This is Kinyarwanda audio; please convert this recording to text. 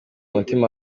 umutima